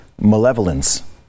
malevolence